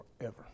forever